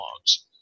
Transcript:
logs